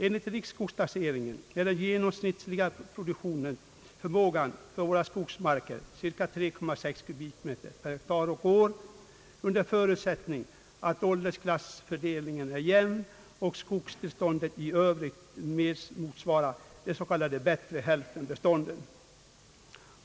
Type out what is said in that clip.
Enligt riksskogstaxeringen är den genomsnittliga produktionsförmågan för våra skogsmarker cirka 3,6 kubikmeter per hektar och år, under förutsättning att åldersklassfördelningen är jämn och skogstillståndet i övrigt motsvarar de s.k. bättrehälftenbestånden.